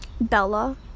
Bella